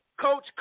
Coach